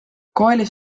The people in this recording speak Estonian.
koolis